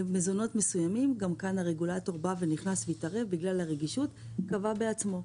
במזונות מסוימים הרגולטור נכנס ומתערב בגלל הרגישות וקבע בעצמו.